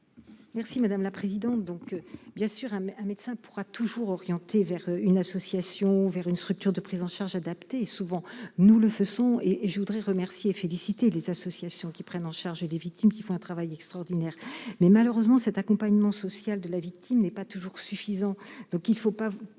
Merci madame la présidente, donc bien sûr un médecin pourra toujours orienté vers une association vers une structure de prise en charge adaptée et souvent nous le faisons et et je voudrais remercier et féliciter les associations qui prennent en charge et des victimes, qui font un travail extraordinaire, mais malheureusement cet accompagnement social de la victime n'est pas toujours suffisant, donc il ne faut pas